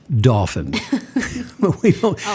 Dolphin